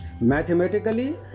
Mathematically